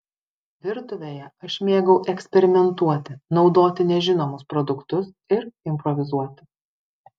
virtuvėje aš mėgau eksperimentuoti naudoti nežinomus produktus ir improvizuoti